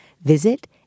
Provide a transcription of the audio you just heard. visit